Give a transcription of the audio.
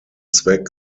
zweck